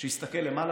שיסתכל למעלה,